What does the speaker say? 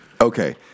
Okay